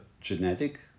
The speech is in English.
genetic